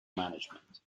management